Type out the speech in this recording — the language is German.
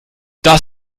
das